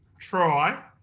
try